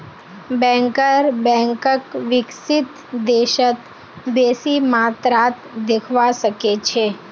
banker बैंकक विकसित देशत बेसी मात्रात देखवा सके छै